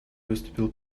выступил